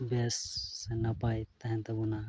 ᱵᱮᱥ ᱥᱮ ᱱᱟᱯᱟᱭ ᱛᱟᱦᱮᱱ ᱛᱟᱵᱚᱱᱟ